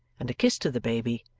and a kiss to the baby,